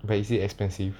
but is it expensive